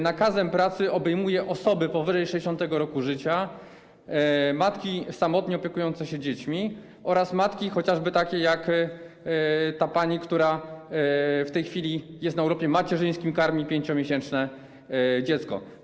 Nakazem pracy obejmuje osoby powyżej 60. roku życia, matki samotnie opiekujące się dziećmi oraz chociażby takie matki, jak pani, która w tej chwili jest na urlopie macierzyńskim, karmi 5-miesięczne dziecko.